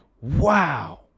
wow